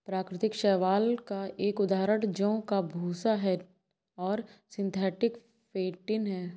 प्राकृतिक शैवाल का एक उदाहरण जौ का भूसा है और सिंथेटिक फेंटिन है